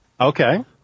Okay